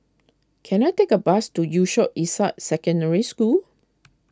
can I take a bus to Yusof Ishak Secondary School